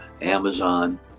Amazon